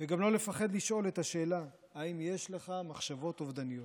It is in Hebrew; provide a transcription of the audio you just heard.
וגם לא לפחד לשאול את השאלה: האם יש לך מחשבות אובדניות?